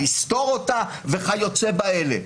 לסתור אותה וכיוצא באלה.